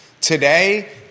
Today